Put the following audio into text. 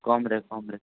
କମ୍ରେ କମ୍ରେ